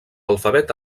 alfabet